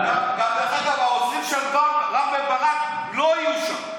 דרך אגב, גם העוזרים של רם בן ברק לא יהיו שם.